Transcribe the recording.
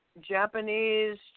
Japanese